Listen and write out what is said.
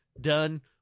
Done